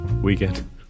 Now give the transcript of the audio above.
weekend